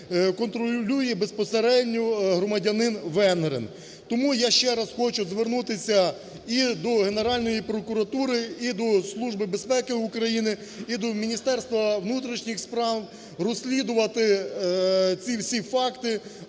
контролює безпосередньо громадянин Венгрин. Тому я ще раз хочу звернутися і до Генеральної прокуратури, і до Служби безпеки України, і до Міністерства внутрішніх справ розслідувати ці всі факти,